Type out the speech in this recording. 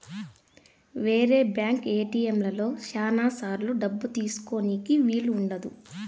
వేరే బ్యాంక్ ఏటిఎంలలో శ్యానా సార్లు డబ్బు తీసుకోనీకి వీలు ఉండదు